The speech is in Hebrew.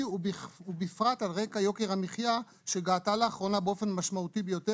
ובפרט על יוקר המחייה שעלה לאחרונה באופן משמעותי ביותר.